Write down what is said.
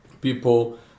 People